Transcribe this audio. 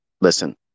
listen